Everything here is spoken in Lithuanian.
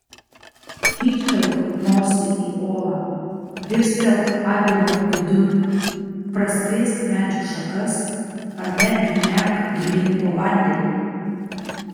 kyštelk nosį į olą dirstelk avilio vidun praskleisk medžių šakas ar netgi nerk gilyn po vandeniu